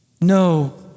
No